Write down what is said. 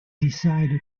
decided